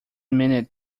minute